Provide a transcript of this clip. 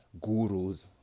gurus